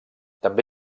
també